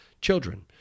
children